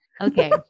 okay